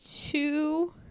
two